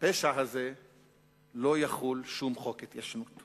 הפשע הזה לא יחול שום חוק התיישנות.